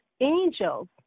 angels